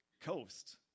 coast